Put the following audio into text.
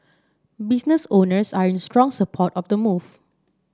business owners are in strong support of the move